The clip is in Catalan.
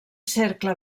cercle